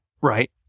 Right